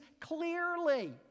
clearly